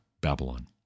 Babylon